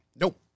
nope